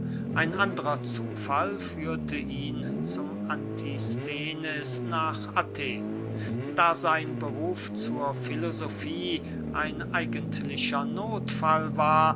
ein andrer zufall führte ihn zum antisthenes nach athen da sein beruf zur filosofie ein eigentlicher nothfall war